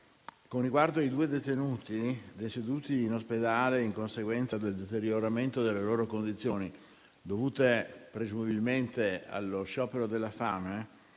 Con riguardo ai due detenuti deceduti in ospedale in conseguenza del deterioramento delle loro condizioni, dovute presumibilmente allo sciopero della fame,